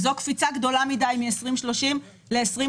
זו קפיצה גדולה מדי מ-2030 ל-2050.